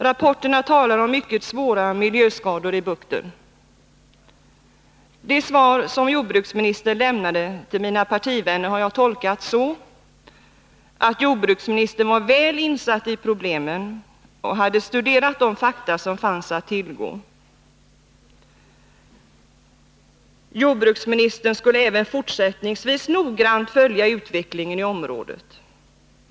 Rapporterna talar om mycket svåra miljöskador i bukten. De svar som jordbruksministern lämnade till mina partivänner har jag tolkat så, att jordbruksministern var väl insatt i problemen och hade studerat de fakta som fanns att tillgå. Jordbruksministern skulle även fortsättningsvis noggrant följa utvecklingen i området.